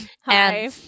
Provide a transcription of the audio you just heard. hi